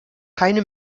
keine